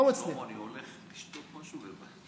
שלמה, אני הולך לשתות משהו ובא.